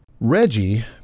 Reggie